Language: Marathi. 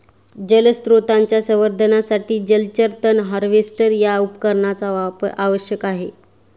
जलस्रोतांच्या संवर्धनासाठी जलचर तण हार्वेस्टर या उपकरणाचा वापर आवश्यक आहे